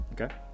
okay